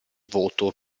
voto